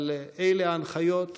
אבל אלה ההנחיות.